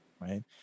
right